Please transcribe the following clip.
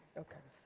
ok.